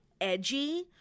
edgy